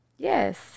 Yes